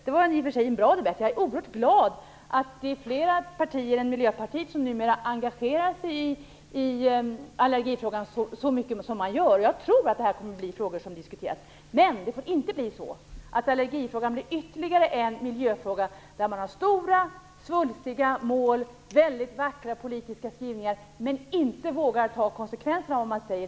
Det var i och för sig en bra debatt, och jag är oerhört glad att det är fler partier än Miljöpartiet som numera engagerar sig i allergifrågan så mycket som man gör. Jag tror att det här kommer att bli frågor som diskuteras. Men allergifrågan får inte bli ytterligare en fråga där man har stora svulstiga mål och väldigt vackra politiska skrivningar men inte vågar ta konsekvenserna av det man säger.